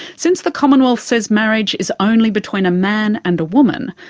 since the commonwealth says marriage is only between a man and a woman,